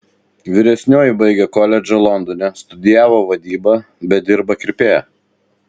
vyresnioji baigė koledžą londone studijavo vadybą bet dirba kirpėja